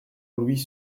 louis